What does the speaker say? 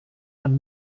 man